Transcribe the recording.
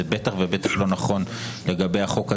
זה בטח ובטח לא נכון לגבי החוק הזה,